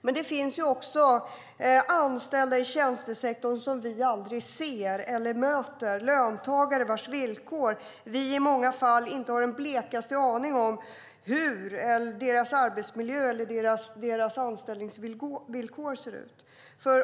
Men det finns också anställda i tjänstesektorn som vi aldrig ser eller möter, och i många fall har vi inte den blekaste aning om hur dessa löntagares arbetsmiljö eller anställningsvillkor ser ut.